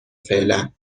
فعلا